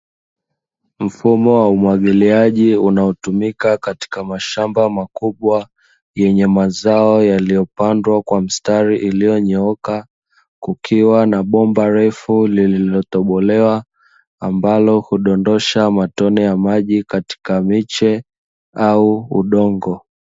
Mfumo wa umwagiliaji unaotumika katika mashamba makubwa yenye nyamazao yaliyopandwa kwa mstari, iliyonyooka kukiwa na bomba refu lililotobolewa ambalo kudondosha matone ya maji katika miche au udongo.